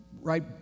right